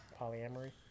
polyamory